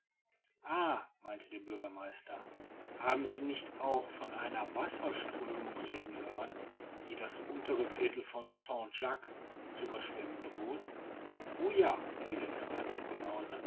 meinte der bürgermeister haben sie nicht auch von einer wasserströmung reden hören die das untere viertel von saint jacques zu überschwemmen droht o ja erwiderte rath niklausse